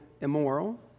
immoral